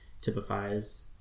typifies